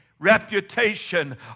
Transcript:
reputation